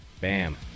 Bam